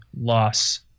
loss